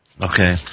Okay